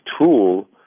tool